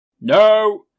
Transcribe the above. No